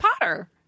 Potter